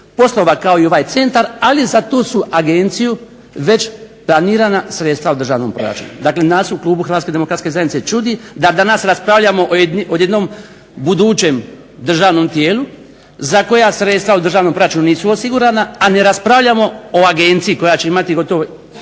poslova kao i ovaj centar ali za tu su agenciju već planirana sredstva u državnom proračunu. Dakle, nas u klubu Hrvatske demokratske zajednice čudi da danas raspravljamo o jednom budućem državnom tijelu za koja sredstva u državnom proračunu nisu osigurana, a ne raspravljamo o agenciji koja će imati gotovo